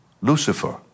Lucifer